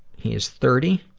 he is thirty